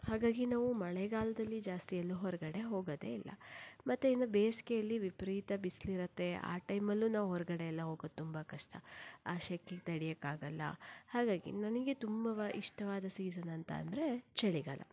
ಹಾಗಾಗಿ ನಾವು ಮಳೆಗಾಲದಲ್ಲಿ ಜಾಸ್ತಿ ಎಲ್ಲೂ ಹೊರಗಡೆ ಹೋಗೋದೇ ಇಲ್ಲ ಮತ್ತು ಇನ್ನು ಬೇಸಿಗೆಯಲ್ಲಿ ವಿಪರೀತ ಬಿಸಿಲಿರುತ್ತೆ ಆ ಟೈಮಲ್ಲೂ ನಾವು ಹೊರಗಡೆ ಎಲ್ಲ ಹೋಗೋದು ತುಂಬ ಕಷ್ಟ ಆ ಸೆಕೆ ತಡೆಯೋಕ್ಕಾಗೋಲ್ಲ ಹಾಗಾಗಿ ನನಗೆ ತುಂಬ ಇಷ್ಟವಾದ ಸೀಸನ್ ಅಂತ ಅಂದರೆ ಚಳಿಗಾಲ